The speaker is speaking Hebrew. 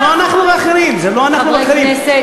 זה לא אנחנו והאחרים, זה לא אנחנו והאחרים.